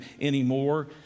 anymore